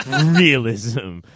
Realism